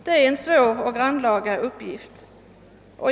Det är en svår och grannlaga uppgift.